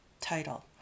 title